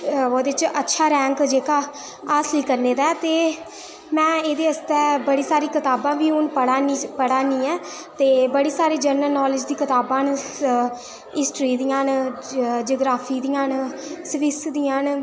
ओह्दे च अच्छा रैंक जेह्का हासिल करने दा ते में इ'दे आस्तै बड़ी सारी कताबां बी हून पढ़ा नी पढ़ै नि आं ऐ ते बड़ी सारी जर्नल नोलेज दियां कताबां न स हिस्ट्री दियां न ज जग्राफी दियां न सविक्स दियां न